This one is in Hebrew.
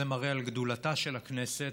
זה מראה על גדולתה של הכנסת,